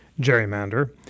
gerrymander